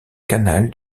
canal